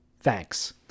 Thanks